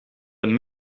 een